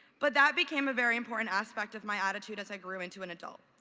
but that became a very important aspect of my attitude as i grew into an adult.